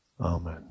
Amen